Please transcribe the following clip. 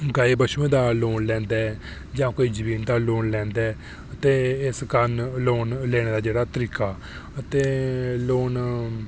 जां कोई गाय बच्छुएं दा लोन लैंदा ऐ जां कोई जमीन दा लोन लैंदा ऐ ते इस कारण लोन लैने दा जेह्ड़ा तरीका ते लोन